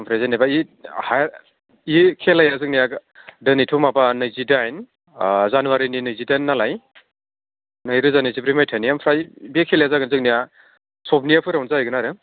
ओमफ्राय जेनेबा आं हायार बे खेलाया जोंनिया दिनैथ' माबा नैजिदाइन जानुवारिनि नैजिदाइन नालाय नै रोजा नैजिब्रै मायथाइनि ओमफ्राय बे खेलाया जागोन जोंनिया सबनियाफोरनियावनो जाहैगोन आरो